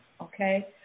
Okay